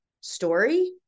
story